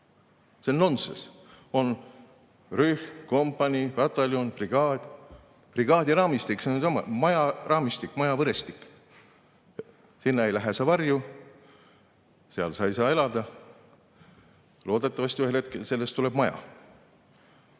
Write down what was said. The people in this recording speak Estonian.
See on nonsenss! On rühm, kompanii, pataljon, brigaad. Brigaadi raamistik? See on ju sama: maja raamistik, maja võrestik – sinna ei lähe sa varju, seal sa ei saa elada, loodetavasti ühel hetkel sellest tuleb maja.